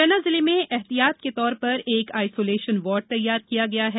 मुरैना जिले में एहतियात के तौर पर एक आइसोलेशन वार्ड तैयार किया गया है